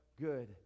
good